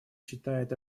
считает